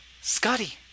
Scotty